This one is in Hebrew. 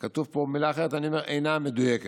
כתובה פה מילה אחרת ואני אומר, אינה מדויקת.